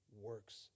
works